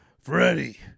Freddie